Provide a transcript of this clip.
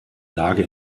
lage